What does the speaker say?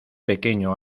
pequeño